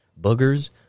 Boogers